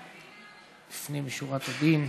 לפנים משורת הדין.